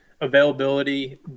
Availability